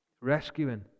Rescuing